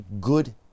good